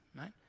right